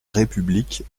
république